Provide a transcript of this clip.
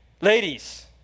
Ladies